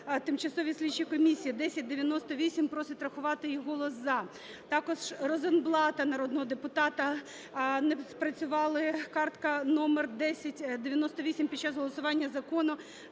тимчасові слідчі комісії (1098). Просить врахувати її голос "за". ТакожРозенблата, народного депутата, не спрацювала картка номер 1098 під час голосування Закону